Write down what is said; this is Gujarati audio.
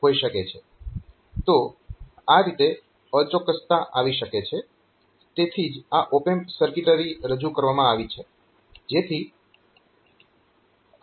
તો આ રીતે અચોક્કસતા આવી શકે છે તેથી જ આ ઓપ એમ્પ સર્કિટરી રજૂ કરવામાં આવી છે